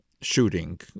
shooting